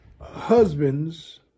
Husbands